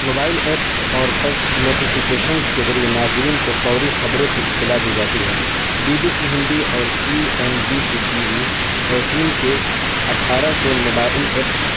mobile apps اور push notifications کے ذریعے ناظرین کو فوری خبروں کی اطلاع دی جاتی ہے بی بی سی ہندی اور C N B C T V eighteen کے اٹھارہ کے موبائل ایپس